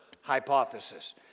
hypothesis